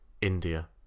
India